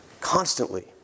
Constantly